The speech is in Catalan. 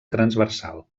transversal